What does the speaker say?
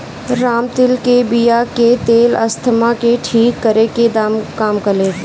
रामतिल के बिया के तेल अस्थमा के ठीक करे में काम देला